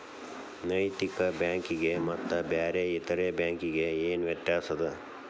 ನೈತಿಕ ಬ್ಯಾಂಕಿಗೆ ಮತ್ತ ಬ್ಯಾರೆ ಇತರೆ ಬ್ಯಾಂಕಿಗೆ ಏನ್ ವ್ಯತ್ಯಾಸದ?